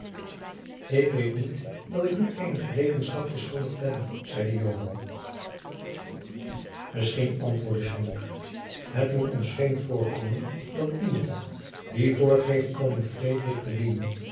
ik weet niet dat ik u eenige rekenschap verschuldigd ben zeide joan misschien antwoordde schwanck het moet ons vreemd voorkomen dat iemand die voorgeeft jacob van lennep de pleegzoon koning frederik te dienen